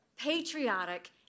patriotic